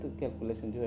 calculation